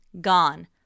gone